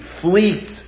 fleet